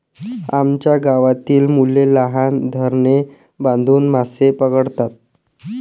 आमच्या गावातील मुले लहान धरणे बांधून मासे पकडतात